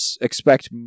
expect